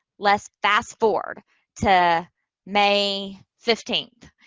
let's fast forward to may fifteenth.